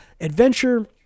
adventure